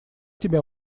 тебя